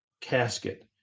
casket